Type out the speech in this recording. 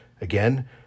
Again